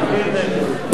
(קוראת בשמות חברי הכנסת)